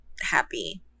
happy